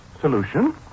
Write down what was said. solution